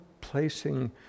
placing